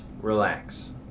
relax